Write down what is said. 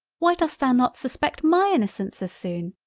why dost thou not suspect my innocence as soon?